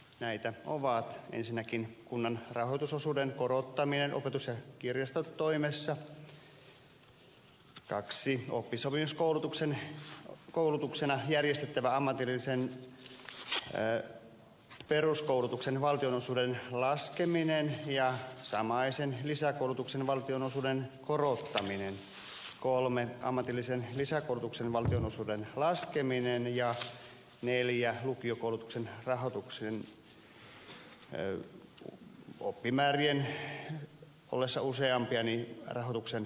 näitä ovat ensinnäkin kunnan rahoitusosuuden korottaminen opetus ja kirjastotoimessa toiseksi oppisopimuskoulutuksena järjestettävän ammatillisen peruskoulutuksen valtionosuuden laskeminen ja samaisen lisäkoulutuksen valtionosuuden korottaminen kolmanneksi ammatillisen lisäkoulutuksen valtionosuuden laskeminen ja neljänneksi lukiokoulutuksen rahoituksen muuttaminen kun oppimäärästä suoritetaan vain osa